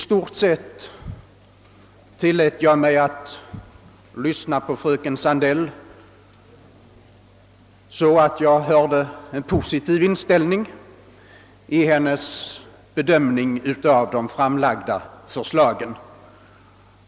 Jag tillät mig tolka fröken Sandells inlägg så att hon är positiv i sin bedömning av det framlagda förslaget.